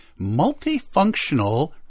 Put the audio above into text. multifunctional